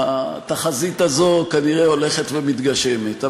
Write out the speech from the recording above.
התחזית הזאת כנראה הולכת ומתגשמת.